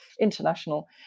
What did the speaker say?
international